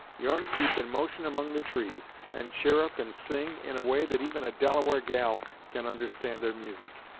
yourn keep in motion among the trees, and chirrup and sing, in a way that even a delaware gal can understand their musick!